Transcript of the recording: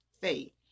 faith